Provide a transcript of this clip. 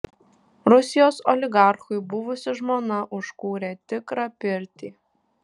rusijos oligarchui buvusi žmona užkūrė tikrą pirtį